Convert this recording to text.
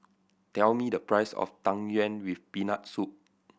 tell me the price of Tang Yuen with Peanut Soup